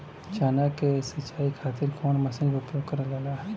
चना के सिंचाई खाती कवन मसीन उपयोग करल जाला?